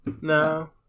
No